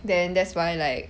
then that's why like